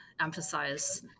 emphasize